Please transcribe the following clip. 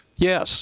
Yes